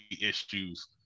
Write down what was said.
issues